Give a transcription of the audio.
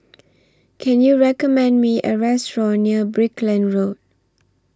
Can YOU recommend Me A Restaurant near Brickland Road